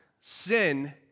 sin